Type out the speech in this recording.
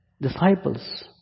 disciples